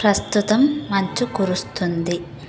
ప్రస్తుతం మంచు కురుస్తుంది